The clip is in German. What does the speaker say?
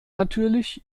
natürlich